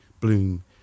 Bloom